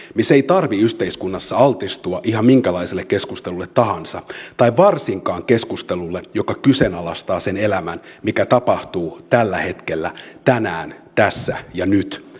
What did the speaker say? heidän ei tarvitse yhteiskunnassa altistua ihan minkälaiselle keskustelulle tahansa tai varsinkaan keskustelulle joka kyseenalaistaa sen elämän mikä tapahtuu tällä hetkellä tänään tässä